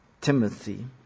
Timothy